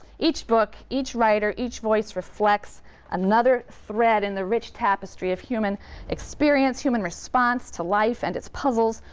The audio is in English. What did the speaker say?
each book, each writer, each voice reflects another thread in the rich tapestry of human experience, human response to life and its puzzles,